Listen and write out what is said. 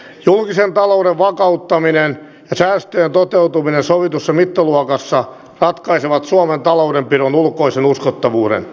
julkisen talouden vakauttaminen ja säästöjen toteutuminen sovitussa mittaluokassa ratkaisevat suomen taloudenpidon ulkoisen uskottavuuden